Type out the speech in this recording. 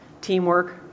teamwork